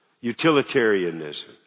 utilitarianism